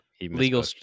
Legal